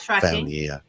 family